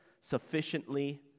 sufficiently